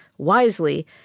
Wisely